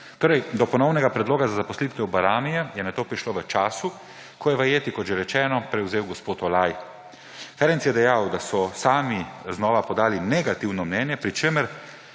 Torej, do ponovnega predloga za zaposlitev Bajramija je nato prišlo v času, ko je vajeti, kot že rečeno, prevzel gospod Olaj. Ferenc je dejal, da so sami znova podali negativno mnenje, pri čemer